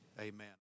amen